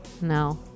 No